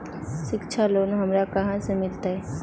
शिक्षा लोन हमरा कहाँ से मिलतै?